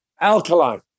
alkaline